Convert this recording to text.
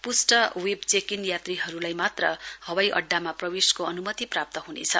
पुष्ट web check in यात्रीहरूलाई मात्र हवाई अड्डामा प्रवेशको अनुमति प्राप्त हुनेछ